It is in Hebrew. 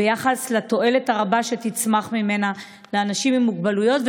ביחס לתועלת הרבה שתצמח ממנה לאנשים עם מוגבלויות,